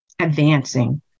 advancing